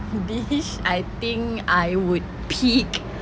dish I think I would pick